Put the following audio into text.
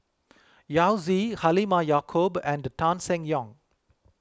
Yao Zi Halimah Yacob and Tan Seng Yong